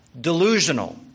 delusional